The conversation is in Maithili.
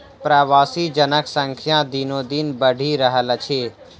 प्रवासी जनक संख्या दिनोदिन बढ़ि रहल अछि